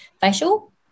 facial